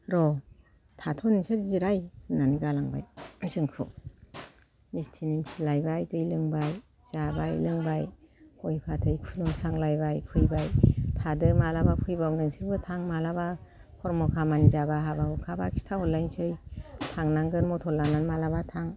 र' थाथ' नोंसोर जिराय होननानै गालांबाय जोंखौ मिसथि निमखि लायबाय दै लोंबाय जाबाय लोंबाय गय फाथै खुलुमस्रांलायबाय फैबाय थादो मालाबा फैबाव नोंसोरबो थां मालाबा खर्म खामानि जाबा हाबा हुखाबा खिथाहरलायसै थांनांगोन मटर लानानै मालाबा थां